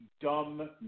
dumb